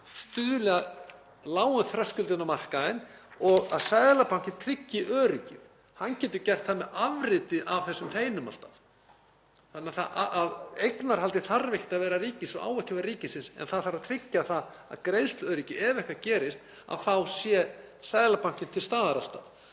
stuðli að lágum þröskuldi inn á markaðinn og að Seðlabankinn tryggi öryggið. Hann getur gert það með afriti af þessum teinum alltaf. Þannig að eignarhaldið þarf ekkert að vera ríkisins og á ekki að vera ríkisins en það þarf að tryggja greiðsluöryggið þannig að ef eitthvað gerist þá sé Seðlabankinn til staðar alltaf.